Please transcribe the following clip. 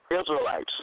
Israelites